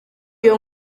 iyo